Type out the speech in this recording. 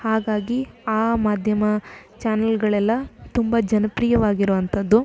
ಹಾಗಾಗಿ ಆ ಮಾಧ್ಯಮ ಚಾನೆಲ್ಗಳೆಲ್ಲ ತುಂಬ ಜನಪ್ರಿಯವಾಗಿರುವಂಥದ್ದು